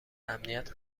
امنیت